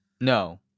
no